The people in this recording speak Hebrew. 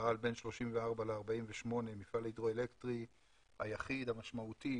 שפעל בין 34' ל-48' המפעל ההידרואלקטרי היחיד המשמעותי